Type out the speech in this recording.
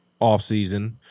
offseason